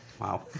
Wow